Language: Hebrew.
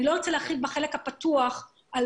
אני לא רוצה להרחיב בחלק הפתוח על